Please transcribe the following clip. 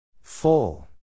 Full